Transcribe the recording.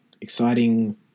Exciting